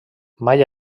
mai